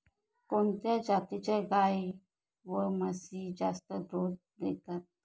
कोणत्या जातीच्या गाई व म्हशी जास्त दूध देतात?